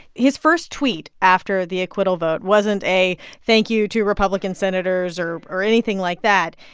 his first tweet after the acquittal vote wasn't a thank you to republican senators or or anything like that.